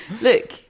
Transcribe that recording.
Look